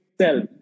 self